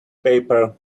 paper